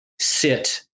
sit